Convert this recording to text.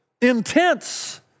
intense